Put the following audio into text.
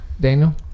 Daniel